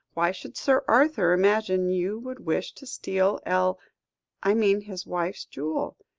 why should sir arthur imagine you would wish to steal el i mean his wife's jewel.